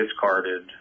discarded